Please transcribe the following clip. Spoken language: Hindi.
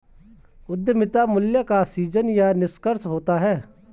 उद्यमिता मूल्य का सीजन या निष्कर्षण होता है